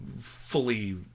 fully